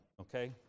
okay